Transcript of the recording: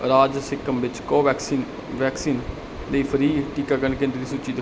ਰਾਜ ਸਿੱਕਮ ਵਿੱਚ Covaxin vaccine ਲਈ free ਟੀਕਾਕਰਨ ਕੇਂਦਰ ਦੀ ਸੂਚੀ